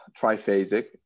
triphasic